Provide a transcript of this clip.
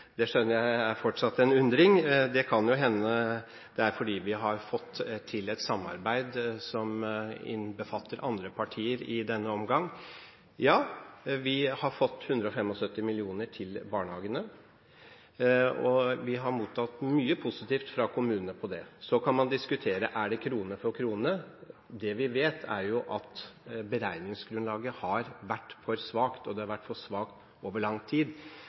Det skjønner jeg fortsatt er en undring. Det kan jo hende det er fordi vi har fått til et samarbeid som innbefatter andre partier i denne omgang. Ja, vi har fått 175 mill. kr til barnehagene. Vi har mottatt mye positivt fra kommunene for det. Så kan man diskutere: Er det krone for krone? Det vi vet, er at beregningsgrunnlaget har vært for svakt. Det har vært for svakt over lang tid.